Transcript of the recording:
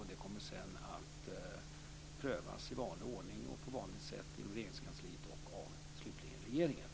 Detta kommer sedan att i vanlig ordning och på vanligt sätt prövas inom